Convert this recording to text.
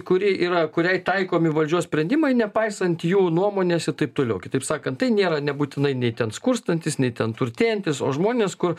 kuri yra kuriai taikomi valdžios sprendimai nepaisant jų nuomonės ir taip toliau kitaip sakant tai nėra nebūtinai nei ten skurstantys nei ten turtėjantys o žmonės kur